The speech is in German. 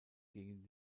gegen